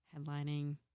headlining